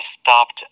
stopped